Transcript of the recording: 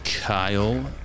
Kyle